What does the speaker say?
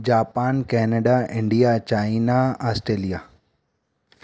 Japan Canada India China Australia